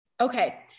Okay